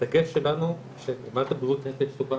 הדגש שלנו הוא על מערכת בריאות נפש טובה